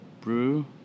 brew